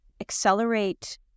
accelerate